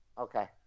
okay